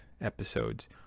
episodes